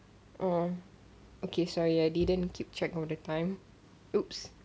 oh okay sorry I didn't keep track of the time !oops!